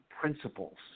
principles